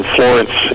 Florence